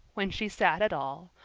when she sat at all,